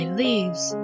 leaves